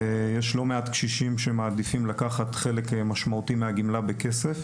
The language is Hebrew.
יש לא מעט קשישים שמעדיפים לקחת לא מעט מהגמלה בכסף.